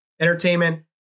entertainment